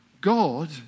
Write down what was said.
God